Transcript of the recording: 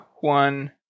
one